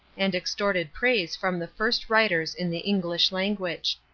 and extorted praise from the first writers in the english language.